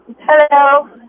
hello